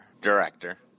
director